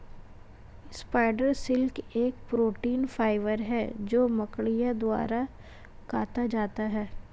spider silk एक protein fibre है जो मकड़ियों द्वारा काता जाता है